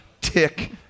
Tick